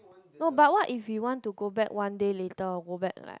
no but what if we want to go back one day later or like